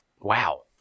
wow